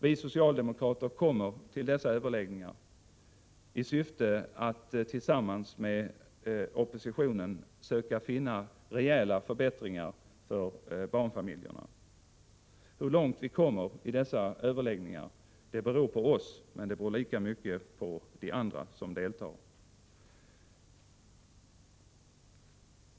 Vi socialdemokrater kommer till dessa överläggningar i syfte att tillsammans med oppositionen söka finna stöd för rejäla förbättringar för barnfamiljerna. Hur långt vi kommer i dessa överläggningar beror på oss och de andra som deltar.